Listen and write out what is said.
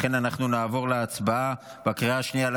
לכן אנחנו נעבור להצבעה בקריאה השנייה על